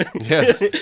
Yes